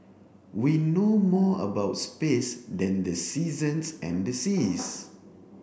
we know more about space than the seasons and the seas